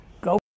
Go